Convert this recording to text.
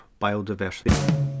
biodiversity